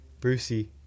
Brucey